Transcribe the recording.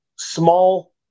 small